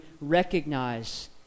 recognize